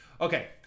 Okay